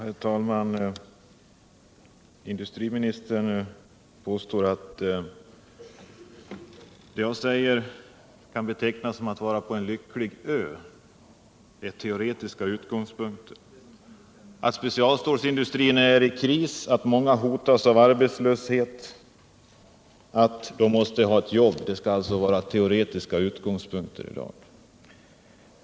Herr talman! Industriministern påstår att jag talar som om vi vore på en lycklig ö — från teoretiska utgångspunkter. Att specialstålindustrin befinner sig i kris, att många hotas av arbetslöshet, att de måste ha ett jobb — det skall alltså vara teoretiska utgångspunkter.